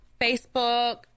Facebook